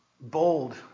bold